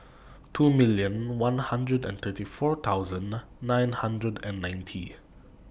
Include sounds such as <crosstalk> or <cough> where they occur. two million one hundred and thirty four thousand <noise> nine hundred and ninety